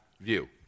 view